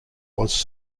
was